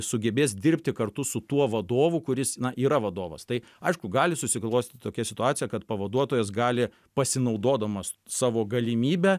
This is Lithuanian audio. sugebės dirbti kartu su tuo vadovu kuris yra vadovas tai aišku gali susiklostyt tokia situacija kad pavaduotojas gali pasinaudodamas savo galimybe